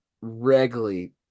regularly